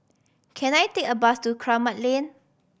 can I take a bus to Kramat Lane